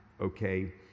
okay